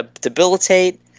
debilitate